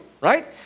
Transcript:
right